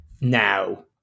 now